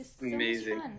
amazing